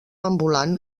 ambulant